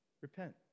Repent